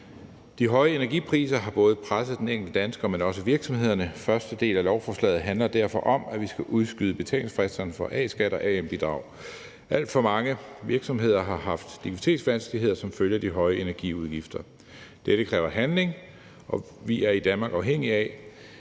De høje energipriser har presset både den enkelte dansker, men også virksomhederne. Første del af lovforslaget handler derfor om, at vi skal udskyde betalingsfristerne for A-skat og AM-bidrag. Alt for mange virksomheder har haft likviditetsvanskeligheder som følge af de høje energiudgifter. Dette kræver handling. Vi er i Danmark afhængige af,